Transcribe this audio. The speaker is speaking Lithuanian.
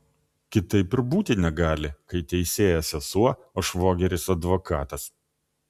kitaip ir būti negali kai teisėja sesuo o švogeris advokatas